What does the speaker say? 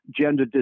gender